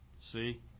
see